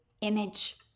image